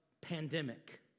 pandemic